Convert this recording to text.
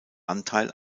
anteil